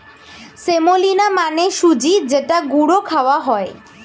semolina মানে সুজি যেটা গুঁড়ো খাওয়া হয়